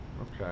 Okay